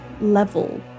level